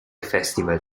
festival